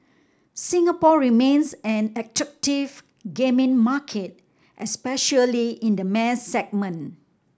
Singapore remains an attractive gaming market especially in the mass segment